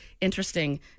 interesting